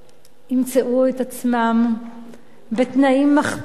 ימצאו את עצמם בתנאים מחפירים,